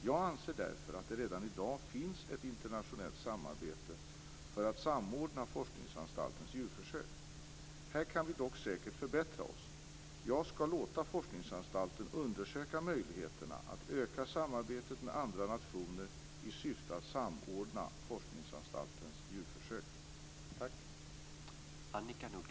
Jag anser därför att det redan i dag finns ett internationellt samarbete för att samordna Forskningsanstaltens djurförsök. Här kan vi dock säkert förbättra oss. Jag skall låta Forskningsanstalten undersöka möjligheterna att öka samarbetet med andra nationer i syfte att samordna Forskningsanstaltens djurförsök.